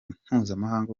mpuzamahanga